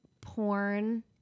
porn